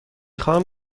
خواهم